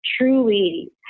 truly